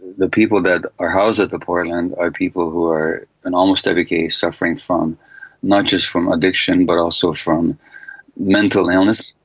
the people that are housed at the portland are people who are in almost every case suffering not not just from addiction but also from mental illness.